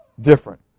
Different